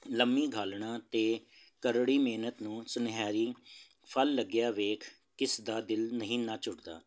ਲੰਮੀ ਘਾਲਣਾ ਅਤੇ ਕਰੜੀ ਮਿਹਨਤ ਨੂੰ ਸੁਨਹਿਰੀ ਫਲ ਲੱਗਿਆ ਵੇਖ ਕਿਸ ਦਾ ਦਿਲ ਨਹੀਂ ਨੱਚ ਉੱਠਦਾ